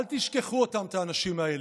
אל תשכחו אותם, את האנשים האלה.